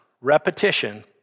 repetition